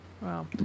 Wow